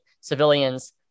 civilians